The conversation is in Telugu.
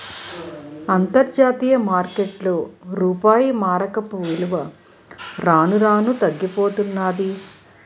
అంతర్జాతీయ మార్కెట్లో రూపాయి మారకపు విలువ రాను రానూ తగ్గిపోతన్నాది